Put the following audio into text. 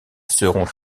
seront